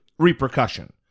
Repercussion